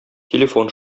телефон